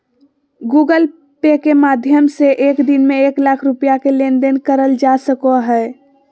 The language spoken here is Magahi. गूगल पे के माध्यम से एक दिन में एक लाख रुपया के लेन देन करल जा सको हय